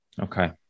Okay